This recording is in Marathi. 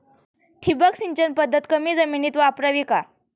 ठिबक सिंचन पद्धत कमी जमिनीत वापरावी का?